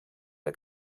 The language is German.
der